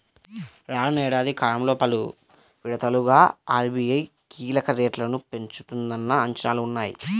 రానున్న ఏడాది కాలంలో పలు విడతలుగా ఆర్.బీ.ఐ కీలక రేట్లను పెంచుతుందన్న అంచనాలు ఉన్నాయి